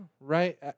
right